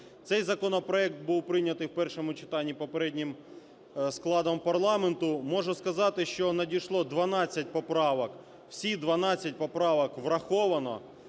Цей законопроект був прийнятий в першому читанні попереднім складом парламенту. Можу сказати, що надійшло 12 поправок, всі 12 поправок враховано.